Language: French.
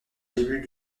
début